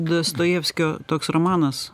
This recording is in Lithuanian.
dostojevskio toks romanas